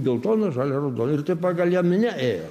geltona žalia raudona ir taip pagal ją minia ėjo